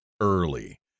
early